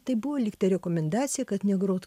tai buvo lyg ta rekomendacija kad negrot